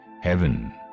heaven